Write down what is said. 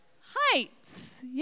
heights